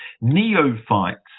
neophytes